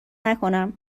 نکنم